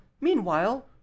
meanwhile